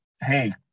hey